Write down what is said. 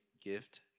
gift